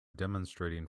demonstrating